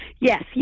Yes